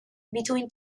between